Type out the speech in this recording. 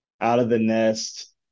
out-of-the-nest